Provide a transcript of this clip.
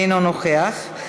אינו נוכח,